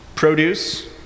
produce